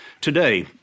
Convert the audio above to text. Today